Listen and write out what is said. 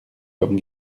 comme